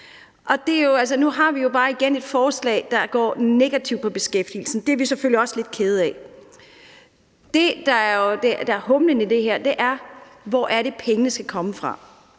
nu har vi jo altså bare igen et forslag, der vil virke negativt på beskæftigelsen. Det er vi selvfølgelig også lidt kede af. Det, der jo er humlen i det her, er: Hvor er det, pengene skal komme fra?